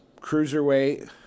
Cruiserweight